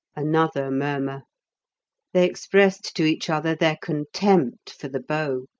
another murmur they expressed to each other their contempt for the bow.